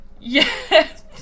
Yes